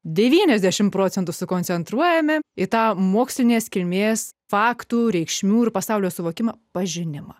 devyniasdešimt procentų sukoncentruojame į tą mokslinės kilmės faktų reikšmių ir pasaulio suvokimą pažinimą